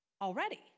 already